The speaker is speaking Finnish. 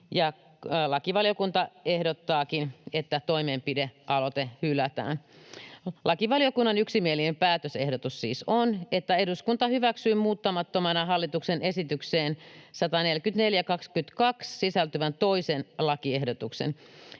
lakivaliokunta ehdottaakin, että toimenpidealoite hylätään. Lakivaliokunnan yksimielinen päätösehdotus siis on, että eduskunta hyväksyy muuttamattomana hallituksen esitykseen 144/2022 sisältyvän toisen lakiehdotuksen,